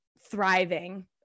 thriving